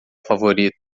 favorito